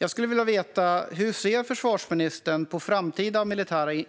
Jag skulle vilja veta hur försvarsministern ser på framtida